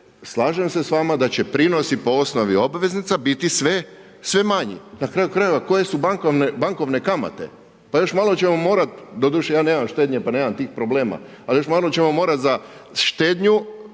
slažem se s vama da će prinosi po osnovi obveznica biti sve manji. Na kraju krajeva koje su bankovne kamate? Pa još malo ćemo morat, doduše ja nemam štednje pa nemam tih problema, ali još malo ćemo morat za štednju